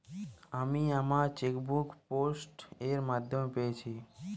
আমি আমার chequebook post এর মাধ্যমে পেয়েছি